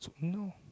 No